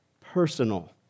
personal